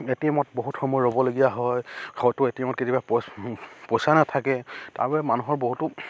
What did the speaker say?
এ T M ত বহুত সময় ৰবলগীয়া হয় হয়তো এ টি এম ত কেতিয়াবা পইচা নাথাকে তাৰ বাবে মানুহৰ বহুতো